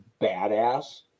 badass